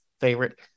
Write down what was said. favorite